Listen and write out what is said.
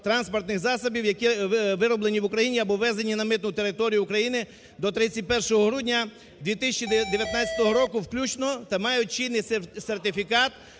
транспортних засобів, які вироблені в Україні або ввезені на митну територію України до 31 грудня 2019 року включно та мають чинний сертифікат